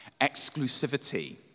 exclusivity